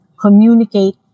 communicate